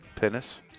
Penis